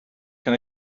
can